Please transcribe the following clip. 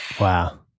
Wow